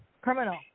criminal